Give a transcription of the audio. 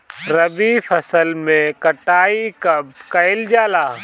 रबी फसल मे कटाई कब कइल जाला?